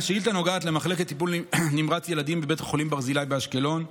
השאילתה נוגעת למחלקת טיפול נמרץ ילדים בבית החולים ברזילי באשקלון.